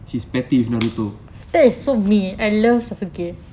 his battle naruto